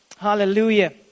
Hallelujah